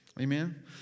Amen